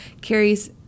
carries